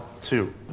two